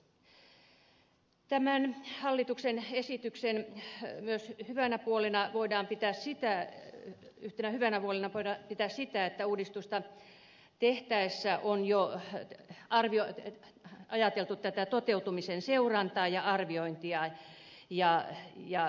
tämän hallituksen esityksen yhtenä hyvänä puolena voidaan pitää sitä että yhtenä hyvänä vuonna voida myös sitä että uudistusta tehtäessä on jo ajateltu tätä toteutumisen seurantaa ja arviointia